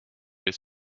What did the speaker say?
his